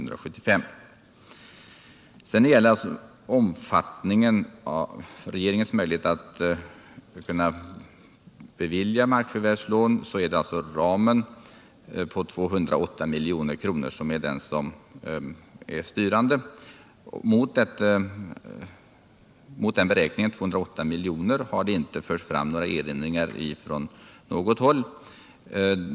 När det sedan gäller regeringens möjlighet att bevilja markförvärvslån är ramen på 208 milj.kr. styrande. Mot beräkningen 208 milj.kr. har inga erinringar framförts.